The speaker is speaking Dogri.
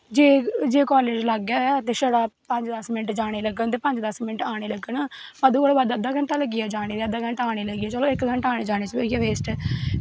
ते जे कालेज लाग्गै होऐ ते छड़ा पंज दस मिंट जानें गी लग्गन ते पंज दस मिन्ट आने गी लग्गन बद्द कोला दा बद्द अद्धा घैंटा लग्गी जा जाने गी ते अद्धा घैंटा आने गी लग्गी जा ते चलो इक घैंटा होई गेआ आने जानें च